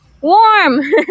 warm